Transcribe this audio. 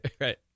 Right